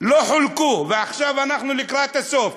לא חולקו, ועכשיו אנחנו לקראת הסוף.